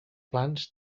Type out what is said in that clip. plans